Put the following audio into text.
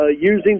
using